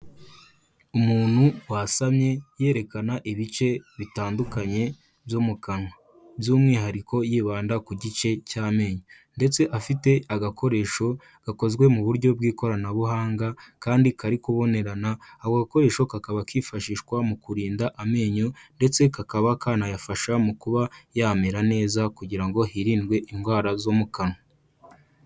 Umuntu wasamye yerekana ibice bitandukanye byo mu kanwa, by'umwihariko yibanda ku gice cy'amenyo ndetse afite agakoresho gakozwe mu buryo bw'ikoranabuhanga kandi kari kubonerana, ako gakoresho kakaba kifashishwa mu kurinda amenyo ndetse kakaba kanayafasha mu kuba yamera neza kugira ngo hirindwe indwara zo mu kanwa.